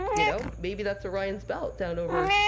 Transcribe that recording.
you know maybe that's orion's belt down over,